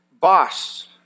boss